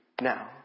now